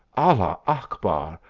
allah ach bar!